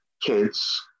kids